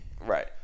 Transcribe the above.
Right